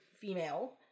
female